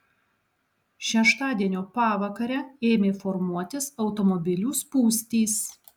šeštadienio pavakarę ėmė formuotis automobilių spūstys